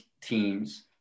teams